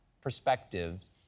Perspectives